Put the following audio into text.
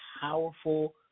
powerful